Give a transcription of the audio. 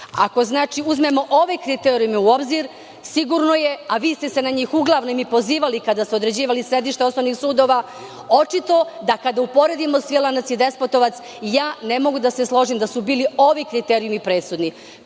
znači, uzmemo ove kriterijume u obzir sigurno je, a vi ste se na njih uglavnom i pozivali kada ste određivali sedišta osnovnih sudova, očito da kada uporedimo Svilajnac i Despotovac, ja ne mogu da se složim da su bili ovi kriterijumi presudni.